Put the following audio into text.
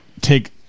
take